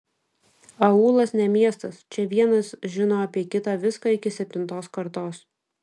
aūlas ne miestas čia vienas žino apie kitą viską iki septintos kartos